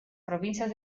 provincias